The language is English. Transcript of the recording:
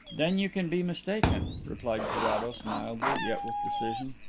then you can be mistaken, replied carrados mildly yet with decision.